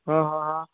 હં હા હા